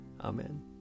Amen